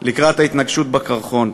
לקראת ההתנגשות בקרחון.